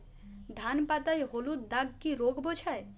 ধান পাতায় হলুদ দাগ কি রোগ বোঝায়?